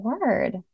word